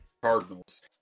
Cardinals